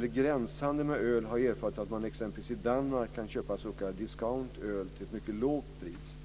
det gäller gränshandeln med öl har jag erfarit att man t.ex. i Danmark kan köpa s.k. "discountöl" till ett mycket lågt pris.